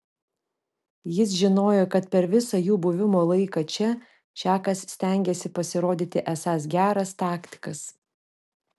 jis žinojo kad per visą jų buvimo laiką čia čakas stengiasi pasirodyti esąs geras taktikas